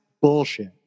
bullshit